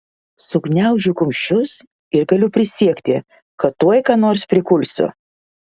sugniaužiu kumščius ir galiu prisiekti kad tuoj ką nors prikulsiu